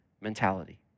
mentality